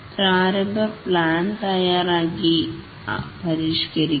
പ്രാരംഭ പ്ലാൻ തയ്യാറാക്കി പരിഷ്കരിക്കുന്നു